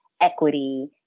equity